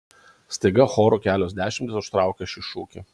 staiga choru kelios dešimtys užtraukia šį šūkį